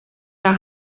der